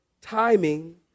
Timing